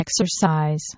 exercise